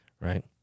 right